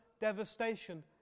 devastation